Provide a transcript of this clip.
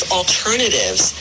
alternatives